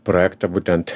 projektą būtent